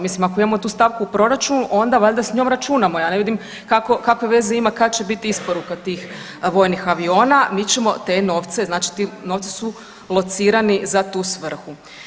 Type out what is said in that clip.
Mislim ako imamo tu stavku u proračunu onda valjda s njom računamo, ja ne vidim kakve veze ima kad će bit isporuka tih vojnih aviona, mi ćemo te novce, znači ti novci su locirani za tu svrhu.